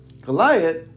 Goliath